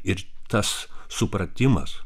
ir tas supratimas